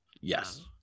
Yes